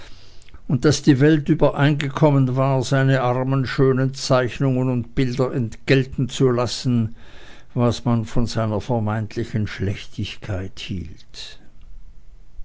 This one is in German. und daß die welt übereingekommen war seine armen schönen zeichnungen und bilder entgelten zu lassen was man von seiner vermeintlichen schlechtigkeit hielt